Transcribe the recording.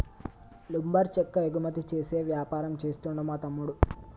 lumber చెక్క ఎగుమతి చేసే వ్యాపారం చేస్తుండు మా తమ్ముడు